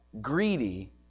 greedy